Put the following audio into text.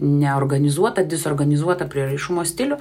neorganizuotą dezorganizuoto prieraišumo stilių